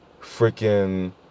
freaking